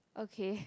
okay